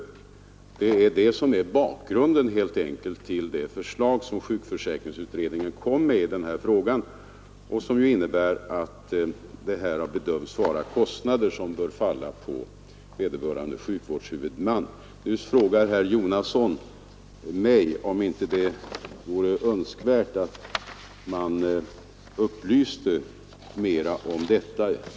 Det är helt enkelt det som är bakgrunden till det förslag sjukförsäkringsutredningen lade fram i den här frågan och som ju innebär att det har bedömts vara kostnader som bör falla på vederbörande sjukvårdshuvudman. Nu frågar herr Jonasson mig om det inte är önskvärt att man upplyser mera om detta.